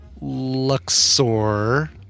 Luxor